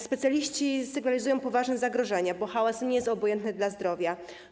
Specjaliści sygnalizują poważne zagrożenie, bo hałas nie jest obojętny dla zdrowia.